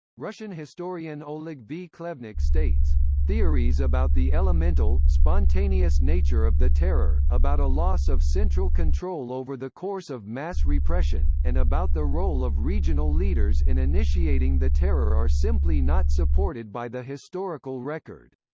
russian historian oleg v. khlevniuk states theories about the elemental, spontaneous nature of the terror, about a loss of central control over the course of mass repression, and about the role of regional leaders in initiating the terror are simply not supported by the historical record.